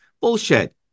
Bullshit